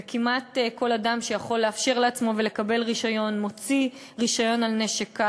וכמעט כל אדם שיכול לאפשר לעצמו ולקבל רישיון מוציא רישיון לנשק קל.